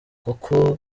koko